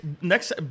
next